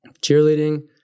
Cheerleading